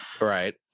Right